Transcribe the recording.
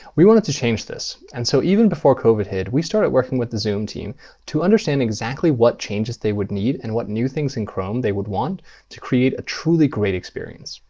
we wanted to change this. and so even before covid hit, we started working with the zoom team to understand exactly what changes they would need and what new things in chrome they would want to create a truly great experience.